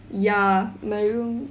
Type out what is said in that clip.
ya my room